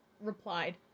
replied